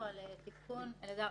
חבר בורסה,